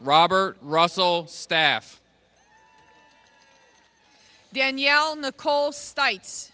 robert russell staff danielle nicole stites